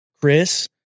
Chris